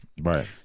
Right